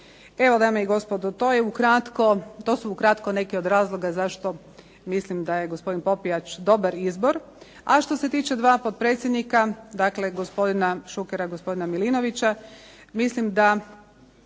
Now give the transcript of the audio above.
dame i gospodo to su ukratko neki od razloga zašto mislim da je gospodin Popijač dobar izbor. A što se tiče dva potpredsjednika dakle gospodina Šukera i gospodina Milinovića, mislim da